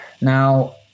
Now